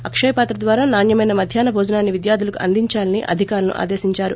అక్షయపాత్ర ద్వారా నాణ్యమైన మధ్యాహ్న భోజనాన్ని విద్యార్థులకు అందిందాలని అధికారులను ఆదేశించారు